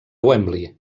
wembley